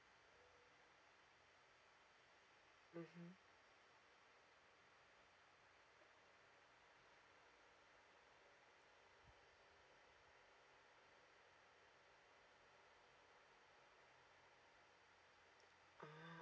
mmhmm ah